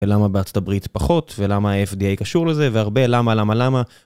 ולמה בארצות הברית פחות, ולמה ה-FDA קשור לזה, והרבה למה, למה, למה.